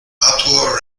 arthur